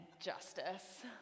justice